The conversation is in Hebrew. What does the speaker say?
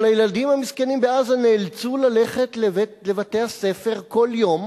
אבל הילדים המסכנים בעזה נאלצו ללכת לבתי-הספר כל יום.